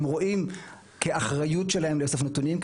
הם רואים כאחריות שלהם לאסוף נתונים,